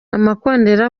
amakondera